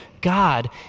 God